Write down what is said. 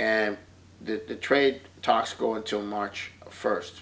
and the trade talks go until march first